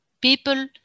people